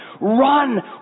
run